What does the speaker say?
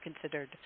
considered